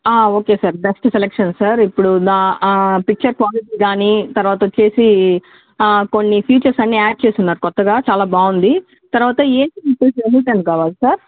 okay sir best selection sir ఇప్పుడు the picture quality కానీ తరువాత వచ్చి కొన్ని ఫీచర్స్ అన్ని యాడ్ చేశారు కొత్తగా చాలా బాగుంది తర్వాత ఏసి మీకు ఎన్ని టన్నుది కావాలి సార్